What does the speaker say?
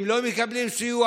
הם לא מקבלים סיוע,